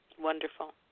Wonderful